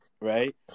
right